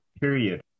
period